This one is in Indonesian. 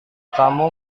kamu